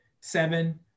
seven